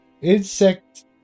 insect